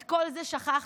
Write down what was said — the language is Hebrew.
את כל זה שכחתם.